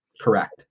Correct